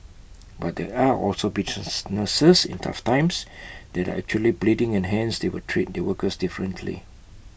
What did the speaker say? but there are also businesses in tough times that are actually bleeding and hence they would treat their workers differently